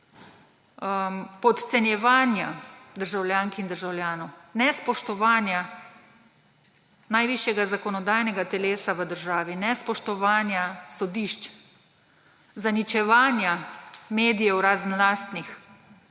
podcenjevanja državljank in državljanov, nespoštovanja najvišjega zakonodajnega telesa, nespoštovanja sodišč, zaničevanja medijev, razen lastnih,